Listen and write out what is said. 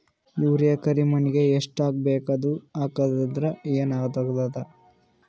Urea ಕರಿಮಣ್ಣಿಗೆ ಎಷ್ಟ್ ಹಾಕ್ಬೇಕ್, ಅದು ಹಾಕದ್ರ ಏನ್ ಆಗ್ತಾದ?